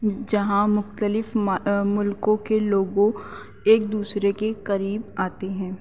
جہاں مختلف ملکوں کے لوگوں ایک دوسرے کے قریب آتے ہیں